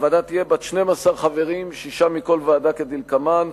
הוועדה תהיה בת 12 חברים, שישה מכל ועדה, כדלקמן: